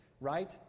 right